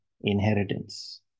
inheritance